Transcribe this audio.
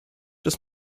des